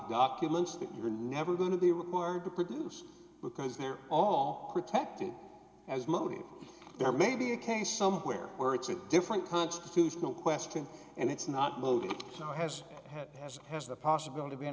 documents that you're never going to be required to produce because they're all protected as motive there may be a case somewhere where it's a different constitutional question and it's not boding so has had as has the possibility been